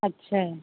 अच्छा